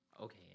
Okay